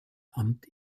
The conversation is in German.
amt